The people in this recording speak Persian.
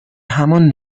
همان